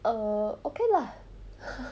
err okay lah